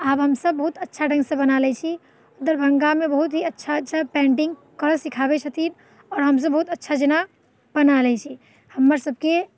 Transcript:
आब हमसब बहुत अच्छा ढङ्गसँ बना लै छी दरभङ्गामे बहुत ही अच्छा अच्छा पेन्टिङ्ग करब सिखाबै छथिन आओर हमसब बहुत अच्छा जेना बना ले छी हमरसबके